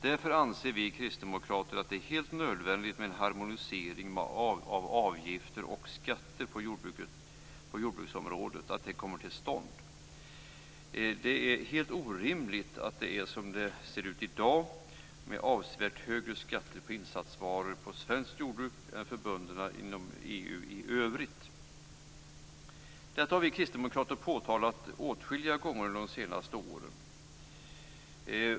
Därför anser vi kristdemokrater att det är helt nödvändigt att en harmonisering av avgifter och skatter på jordbruksområdet kommer till stånd. Det är helt orimligt att det som i dag är avsevärt högre skatter på insatsvaror i svenskt jordbruk än i jordbruk inom EU i övrigt. Detta har vi Kristdemokrater påtalat åtskilliga gånger under de senaste åren.